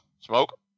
Smoke